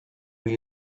were